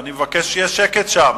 אני מבקש שיהיה שקט שם.